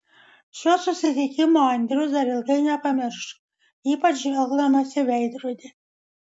šio susitikimo andrius dar ilgai nepamirš ypač žvelgdamas į veidrodį